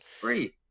free